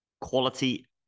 Quality